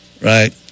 Right